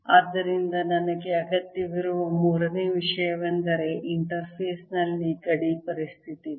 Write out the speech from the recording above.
ಆದ್ದರಿಂದ ನನಗೆ ಅಗತ್ಯವಿರುವ ಮೂರನೇ ವಿಷಯವೆಂದರೆ ಇಂಟರ್ಫೇಸ್ನಲ್ಲಿ ಗಡಿ ಪರಿಸ್ಥಿತಿಗಳು